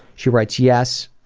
she writes, yes,